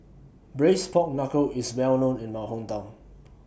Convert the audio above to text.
Braised Pork Knuckle IS Well known in My Hometown